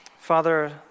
Father